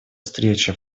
встреча